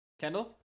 kendall